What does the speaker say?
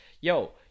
yo